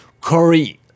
Corey